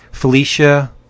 Felicia